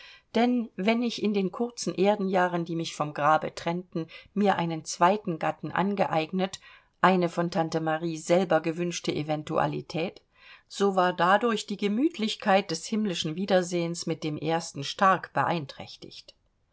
denn wenn ich in den kurzen erdenjahren die mich vom grabe trennten mir einen zweiten gatten angeeignet eine von tante marie selber gewünschte eventualität so war dadurch die gemütlichkeit des himmlischen wiedersehens mit dem ersten stark beeinträchtigt